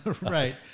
Right